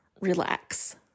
relax